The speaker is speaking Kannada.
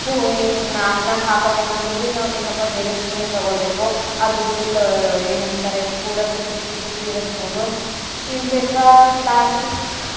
ಸ್ಪೂ ಇನ್ನು ಅನ್ನಕ್ಕೆ ಹಾಕೊಬೇಕಂದರೂ ಭಿ ನಾವು ಏನಪ್ಪ ಬೇರೆ ಸ್ಪೂನೇ ತಗೊಳ್ಳಬೇಕು ಅದು ಫುಲ್ ಏನಂತಾರೆ ಪೂರ ಚುಕ್ಕಿ ಚುಕ್ಕಿ ಚುಕ್ಕಿ ಇರೋ ಸ್ಪೂನು ಇನ್ನು ಬಿಟ್ರೆ ಪ್ಲಾಸ್ಟಿಕ್